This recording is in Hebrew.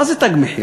מה זה "תג מחיר"?